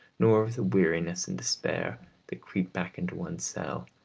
nor of the weariness and despair that creep back into one's cell,